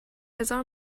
هزار